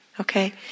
Okay